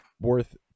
worth